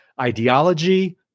ideology